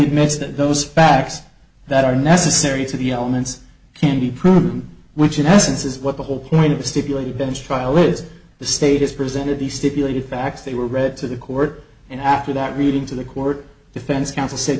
that those facts that are necessary to the elements can be proven which in essence is what the whole point of stipulate a bench trial is the state is presented the stipulated facts they were read to the court and after that reading to the court defense counsel said